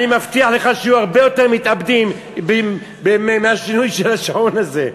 אני מבטיח לך שיהיו הרבה יותר מתאבדים מהשינוי של השעון הזה.